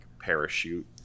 parachute